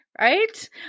Right